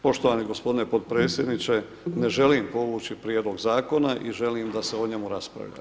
Poštovani gospodine potpredsjedniče, ne želim povući prijedlog zakona i želim da se o njemu raspravlja.